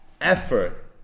effort